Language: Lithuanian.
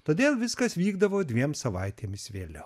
todėl viskas vykdavo dviem savaitėmis vėliau